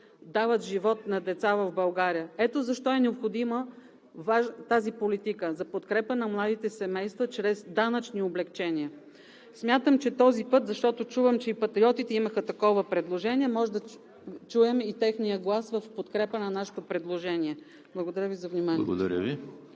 дават живот на деца в България. Ето защо е необходима политика за подкрепа на младите семейства чрез данъчни облекчения. Смятам, че този път, защото чувам, че и патриотите имаха такова предложение, може да чуем и техния глас в подкрепа на нашето предложение. Благодаря Ви за вниманието.